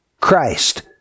Christ